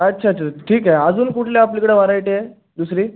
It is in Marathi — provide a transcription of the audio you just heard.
अच्छा अच्छा अच्छा ठीक आहे अजून कुठल्या आपल्याकडे व्हरायटी आहे दुसरी